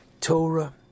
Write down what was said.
Torah